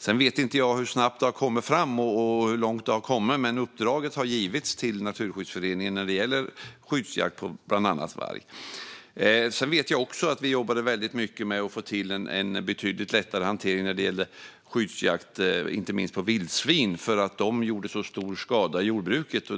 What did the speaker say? Sedan vet inte jag hur snabbt det har gått och hur långt det har kommit, men Naturvårdsverket har i alla fall fått ett sådant uppdrag. Jag vet också att vi jobbade mycket med att få till en betydligt lättare hantering när det gällde skyddsjakt på vildsvin eftersom dessa gjorde så stor skada i jordbruket.